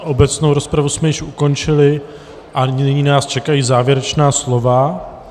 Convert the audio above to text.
Obecnou rozpravu jsme již ukončili a nyní nás čekají závěrečná slova.